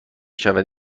شود